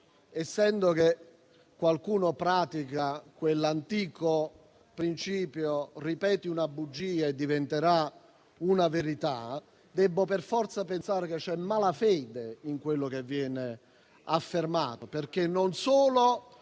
poiché qualcuno pratica l'antico principio del ripeti una bugia e diventerà una verità, debbo per forza pensare che ci sia malafede in quello che viene affermato, perché non solo